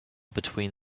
between